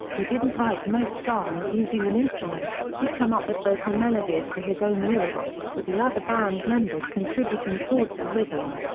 who didn't write most songs using an instrument, would come up with vocal melodies for his own lyrics, with the other band members contributing chords and rhythm.